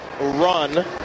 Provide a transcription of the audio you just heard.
run